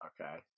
Okay